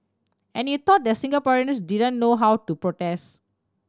and you thought that Singaporeans didn't know how to protest